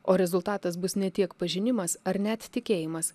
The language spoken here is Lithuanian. o rezultatas bus ne tiek pažinimas ar net tikėjimas